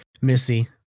Missy